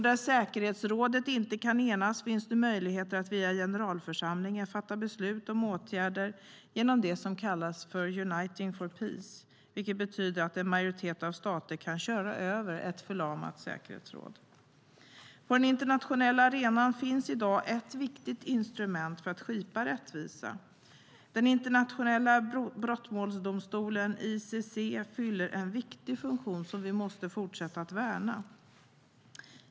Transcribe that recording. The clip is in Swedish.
Där säkerhetsrådet inte kan enas finns nu möjlighet att via generalförsamlingen fatta beslut om åtgärder genom det som kallas för Uniting for Peace, vilket betyder att en majoritet av stater kan köra över ett förlamat säkerhetsråd. På den internationella arenan finns i dag ett viktigt instrument för att skipa rättvisa. Den internationella brottmålsdomstolen ICC fyller en viktig funktion som vi måste fortsätta att värna.